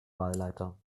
wahlleiter